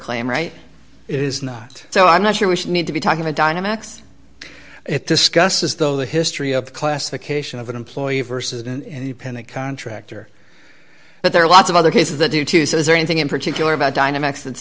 claim right it is not so i'm not sure we should need to be talking about dynamics it discusses though the history of the classification of an employee versus and depend a contractor but there are lots of other cases that do too so is there anything in particular about dynamics